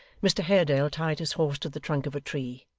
mr haredale tied his horse to the trunk of a tree,